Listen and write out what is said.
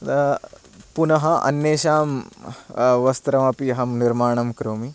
पुनः अन्येषां वस्त्रमपि अहं निर्माणं करोमि